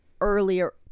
earlier